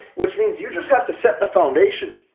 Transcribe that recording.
which means you just have to set the foundation,